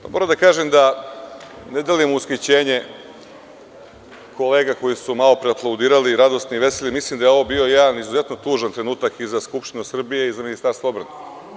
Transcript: Moram da kažem da ne delim ushićenje kolega koje su malopre aplaudirale i radosni i veseli, jer mislim da je ovo bio jedan izuzetno tužan trenutak i za Skupštinu Srbije i za Ministarstvo odbrane.